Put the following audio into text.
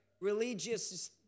religious